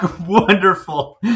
wonderful